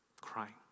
crying